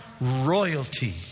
royalty